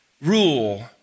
rule